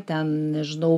ten nežinau